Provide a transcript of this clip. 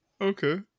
Okay